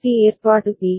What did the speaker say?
D ஏற்பாடு B